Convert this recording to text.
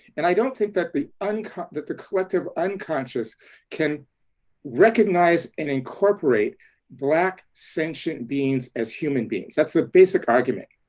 and i don't think that the and that the collective unconscious can recognize and incorporate black sentient beings as human beings. that's the basic argument.